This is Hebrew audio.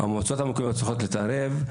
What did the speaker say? המועצות המקומיות צריכות להתערב,